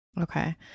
Okay